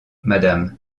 madame